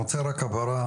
אני רוצה רק הבהרה,